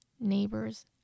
neighbors